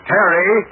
Harry